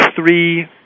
three